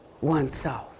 oneself